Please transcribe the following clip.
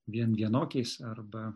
vien vienokiais arba